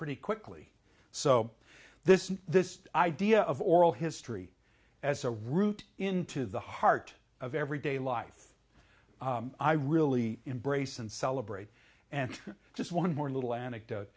pretty quickly so this isn't this idea of oral history as a route into the heart of every day life i really embrace and celebrate and just one more little anecdote